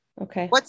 Okay